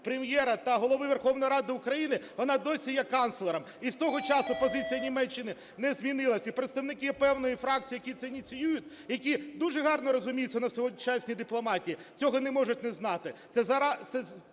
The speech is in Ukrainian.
Прем'єра та Голови Верховної Ради України, вона досі є канцлером. І з того часу позиція Німеччини не змінилася. І представники певної фракції, які це ініціюють, які дуже гарно розуміються на сучасній дипломатії, цього не можуть не знати.